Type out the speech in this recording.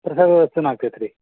ಪ್ರಸಾದ ವ್ಯವಸ್ಥೆನೂ ಆಗ್ತೈತೆ ರೀ